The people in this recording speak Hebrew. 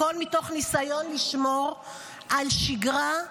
הכול מתוך ניסיון לשמור על שגרה,